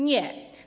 Nie.